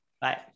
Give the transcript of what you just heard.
Bye